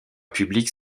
publique